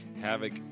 Havoc